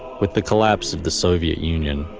with the collapse of the soviet union,